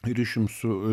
ryšium su